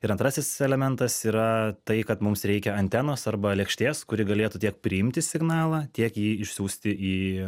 ir antrasis elementas yra tai kad mums reikia antenos arba lėkštės kuri galėtų tiek priimti signalą tiek jį išsiųsti į